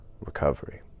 recovery